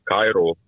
Cairo